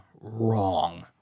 wrong